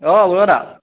অঁ বৰুৱা দা